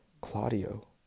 Claudio